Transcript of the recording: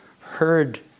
heard